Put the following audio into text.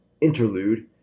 interlude